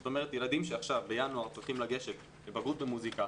זאת אומרת ילדים שעכשיו בינואר צריכים לגשת לבגרות במוסיקה,